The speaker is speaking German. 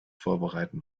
vorbereiten